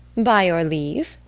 by your leave!